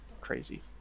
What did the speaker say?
crazy